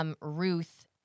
Ruth